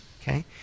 okay